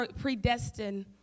Predestined